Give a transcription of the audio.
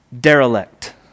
derelict